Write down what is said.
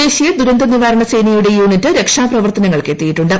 ദേശീയ ദുരന്ത നിവാരണ സേനയുടെ യൂണ്ടിറ്റ് രക്ഷാപ്രവർത്തനങ്ങൾക്ക് എത്തിയിട്ടുണ്ട്